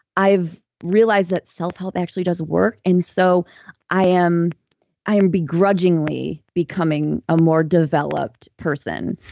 i've realized that self-help actually does work. and so i am i am begrudgingly becoming a more developed person.